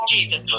Jesus